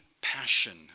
passion